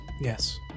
Yes